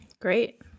Great